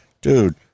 Dude